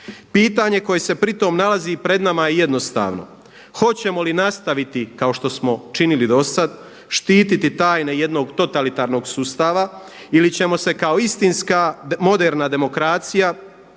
Pitanje koje se pri tome nalazi i pred nama je jednostavno hoćemo li nastaviti kao što smo činili do sada štititi tajne jednog totalitarnog sustava ili ćemo se kao istinska moderna demokracija